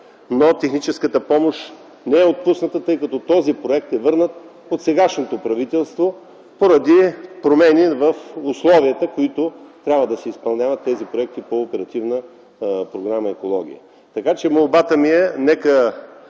на техническата помощ не е отпусната, тъй като този проект е върнат от сегашното правителство, поради промени в условията, по които трябва да се изпълняват тези проекти по Оперативна програма „Екология”. Молбата ми е – нека